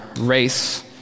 race